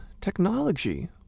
technology